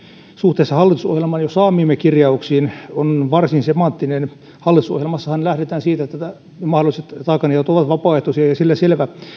suhteessa hallitusohjelmaan jo saamiimme kirjauksiin on varsin semanttinen hallitusohjelmassahan lähdetään siitä että mahdolliset taakanjaot ovat vapaaehtoisia ja sillä selvä se on